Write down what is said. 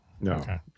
No